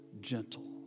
gentle